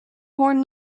horned